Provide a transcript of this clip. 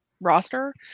roster